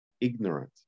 ignorant